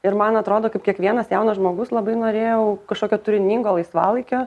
ir man atrodo kaip kiekvienas jaunas žmogus labai norėjau kažkokio turiningo laisvalaikio